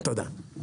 תודה.